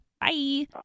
Bye